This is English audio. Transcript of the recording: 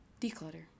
declutter